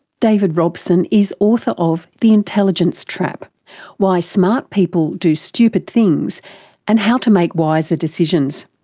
david robson is author of the intelligence trap why smart people do stupid things and how to make wiser decisions.